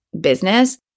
business